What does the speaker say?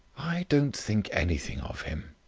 i don't think anything of him.